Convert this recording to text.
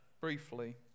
briefly